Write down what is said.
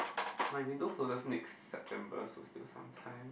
my window closure next September was still some time